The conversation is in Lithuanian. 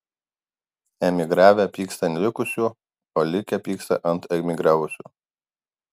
emigravę pyksta ant likusių o likę pyksta ant emigravusių